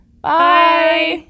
Bye